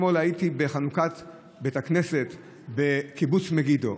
אתמול הייתי בחנוכת בית הכנסת בקיבוץ מגידו,